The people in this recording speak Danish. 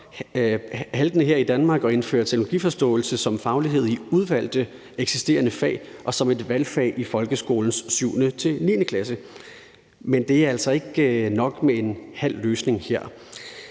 haltende her i Danmark og indfører teknologiforståelse som faglighed i udvalgte eksisterende fag og som et valgfag i folkeskolens 7.-9. klasse. Men det er altså ikke nok med en halv løsning her.